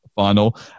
final